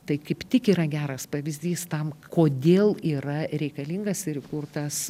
tai kaip tik yra geras pavyzdys tam kodėl yra reikalingas ir įkurtas